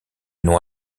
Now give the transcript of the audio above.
nom